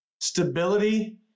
Stability